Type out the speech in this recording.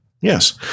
Yes